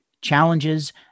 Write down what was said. challenges